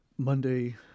Monday